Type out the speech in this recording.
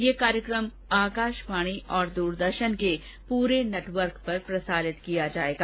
ये कार्यक्रम आकाशवाणी और दूरदर्शन के पूरे नेटवर्क पर प्रसारित किया जाएगा